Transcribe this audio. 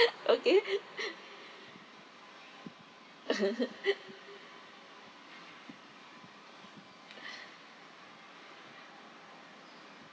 okay